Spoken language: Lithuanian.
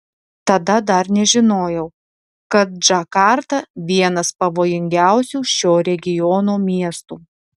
tada dar nežinojau kad džakarta vienas pavojingiausių šio regiono miestų